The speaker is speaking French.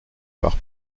par